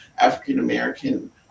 african-american